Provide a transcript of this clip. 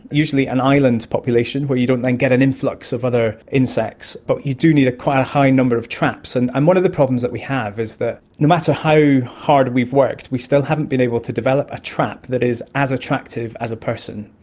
usually an island population where you don't then get an influx of other insects, but you do need quite a high number of traps. and one of the problems that we have is that no matter how hard we've worked we still haven't been able to develop a trap that is as attractive as a person.